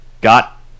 got